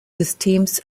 systems